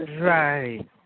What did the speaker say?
right